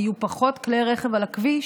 כי יהיו פחות כלי רכב על הכביש,